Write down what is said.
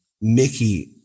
Mickey